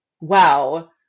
Wow